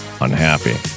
unhappy